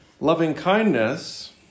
Loving-kindness